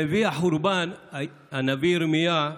נביא החורבן, הנביא ירמיה,